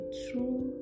true